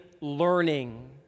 learning